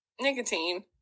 nicotine